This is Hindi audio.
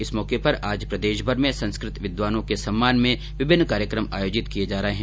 इस मौके पर आज प्रदेश भर में संस्कृत विद्वानों के सम्मान में विभिन्न कार्यक्रम आयोजित किए जा रहे है